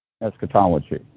eschatology